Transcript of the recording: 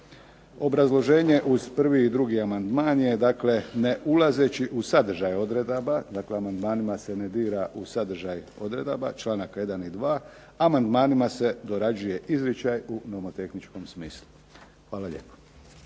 Obrazloženje uz prvi i drugi amandman je, dakle ne ulazeći u sadržaj odredaba, dakle amandmanima se ne dira u sadržaj odredaba članaka 1. i 2., amandmanima se dorađuje izričaj u nomotehničkom smislu. Hvala lijepo.